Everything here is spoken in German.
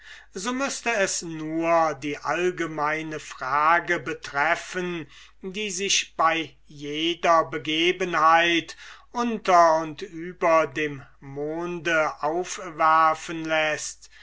so müßte es nur die allgemeine frage betreffen die sich bei jeder begebenheit unter und über dem monde aufwerfen läßt